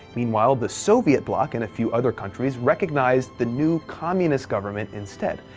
meanwhile, the soviet bloc and a few other countries recognized the new communist government instead.